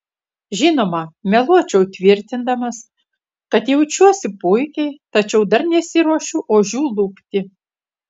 žinoma meluočiau tvirtindamas kad jaučiuosi puikiai tačiau dar nesiruošiu ožių lupti